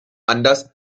anders